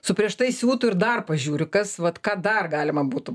su prieš tai siūtų ir dar pažiūriu kas vat ką dar galima būtų